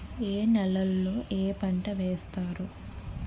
ఏ నేలలో ఏ పంట వేస్తారు?